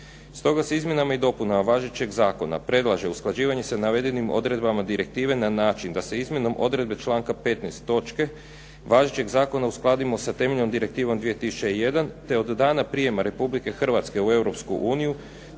Stoga se izmjenama i dopunama važećeg zakona predlaže usklađivanje sa navedenim odredbama direktive na način da se izmjenom odredbe članka 15. točke važećeg zakona uskladimo sa temeljnom Direktivom 2001 te od dana prijema Republike Hrvatske u